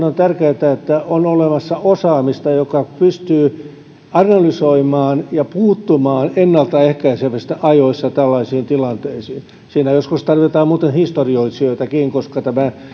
on tärkeätä että on olemassa osaamista joka pystyy analysoimaan ja puuttumaan ennaltaehkäisevästi ajoissa tällaisiin tilanteisiin siinä joskus tarvitaan muuten historioitsijoitakin koska